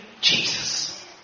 Jesus